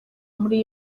muri